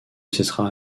cessera